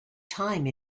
time